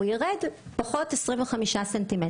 הוא ירד פחות 25 ס"מ.